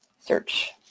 Search